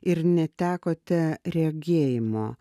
ir netekote regėjimo